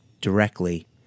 directly